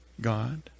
God